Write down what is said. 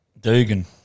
Dugan